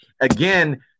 again